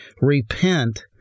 Repent